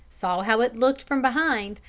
saw how it looked from behind,